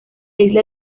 isla